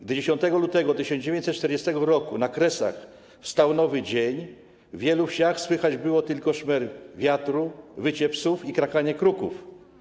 Gdy 10 lutego 1940 r. na kresach wstał nowy dzień, w wielu wsiach słychać było tylko szmer wiatru, wycie psów i krakanie kruków.